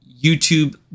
YouTube